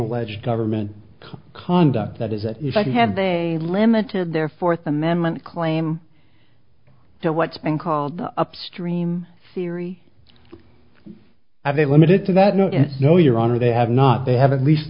alleged government conduct that is that if i had they limited their fourth amendment claim to what's been called the upstream theory i'd be limited to that no no your honor they have not they have at least